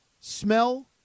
smell